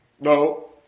No